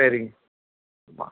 சரிங்க ஆமாம்